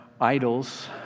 idols